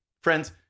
Friends